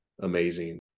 amazing